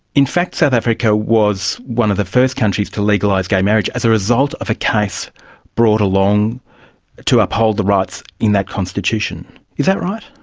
in fact south africa was one of the first countries to legalise gay marriage as a result of a case brought along to uphold the rights in that constitution. is that right?